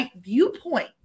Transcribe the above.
viewpoint